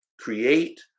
create